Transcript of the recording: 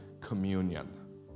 communion